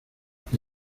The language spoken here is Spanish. que